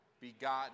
begotten